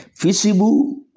visible